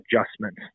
adjustments